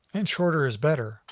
and shorter is better.